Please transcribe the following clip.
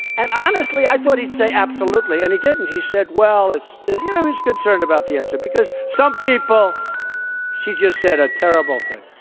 and honestly i thought he'd say absolutely and he did. and he said well it's you know he's concerned about the answer because some people she just said a terrible thing.